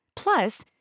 Plus